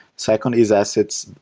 second is assets,